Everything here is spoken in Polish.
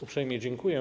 Uprzejmie dziękuję.